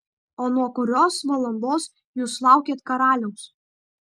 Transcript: o nuo kurios valandos jūs laukėt karaliaus